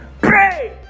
Pray